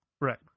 Right